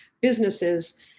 businesses